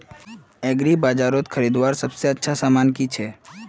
एग्रीबाजारोत खरीदवार सबसे अच्छा सामान की छे?